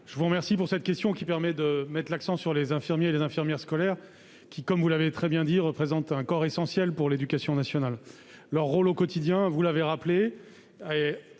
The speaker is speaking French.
je vous remercie pour cette question, qui permet de mettre l'accent sur les infirmiers et les infirmières scolaires, lesquels, comme vous l'avez très bien dit, représentent un corps essentiel pour l'éducation nationale. Leur rôle est extrêmement